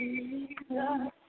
Jesus